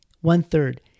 One-third